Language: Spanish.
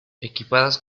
equipadas